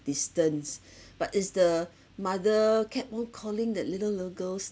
distance but is the mother kept on calling that little little girl's